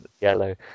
yellow